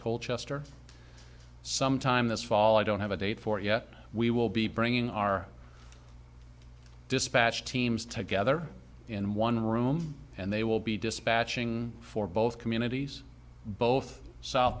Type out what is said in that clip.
coal chester sometime this fall i don't have a date for yet we will be bringing our dispatch teams together in one room and they will be dispatching for both communities both south